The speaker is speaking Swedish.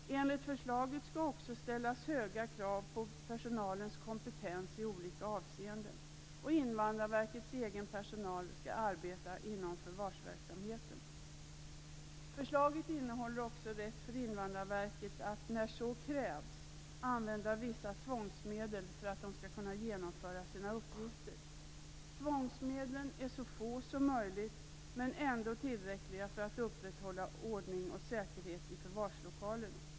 Enligt förslaget skall det också ställas höga krav på personalens kompetens i olika avseenden. Invandrarverkets egen personal skall arbeta inom förvarsverksamheten. Förslaget innehåller också rätt för Invandrarverket att när så krävs använda vissa tvångsmedel för att kunna genomföra sina uppgifter. Tvångsmedlen är så få som möjligt men ändå tillräckliga för att upprätthålla ordning och säkerhet i förvarslokalerna.